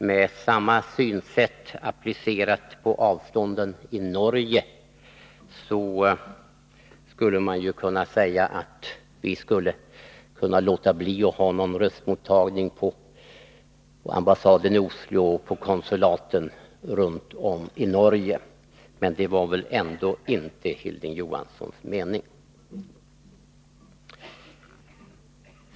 Med samma synsätt applicerat på avstånden i Norge skulle man kunna säga att vi skulle kunna låta bli att ha någon röstmottagning på ambassaden i Oslo och konsulaten runt om i Norge. Men det var väl ändå inte Hilding Johanssons mening!